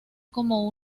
como